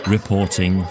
Reporting